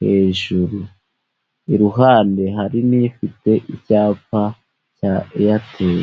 hejuru. Iruhande hari n'ifite icyapa cya Airtel.